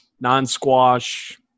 non-squash